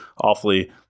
awfully